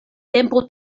tempo